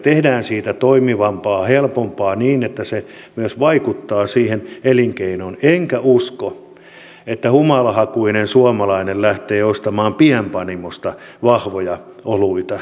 tehdään siitä toimivampaa helpompaa niin että se myös vaikuttaa siihen elinkeinoon enkä usko että humalahakuinen suomalainen lähtee ostamaan pienpanimosta vahvoja oluita